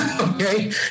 Okay